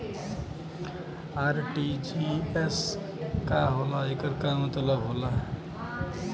RTGS का होला एकर का मतलब होला?